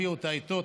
הביא אותה איתו,